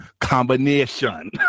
combination